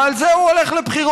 ועל זה הוא הולך לבחירות.